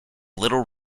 little